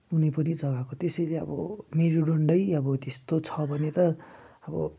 कुनै पनि जग्गाको त्यसैले अब मेरुदण्डै अब त्यस्तो छ भने त अब